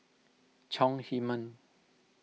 Chong Heman